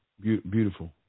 beautiful